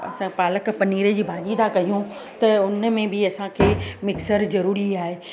असां पालक पनीर जी भाॼी था कयूं त हुन में बि असांखे मिक्सर ज़रूरी आहे